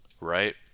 right